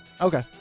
Okay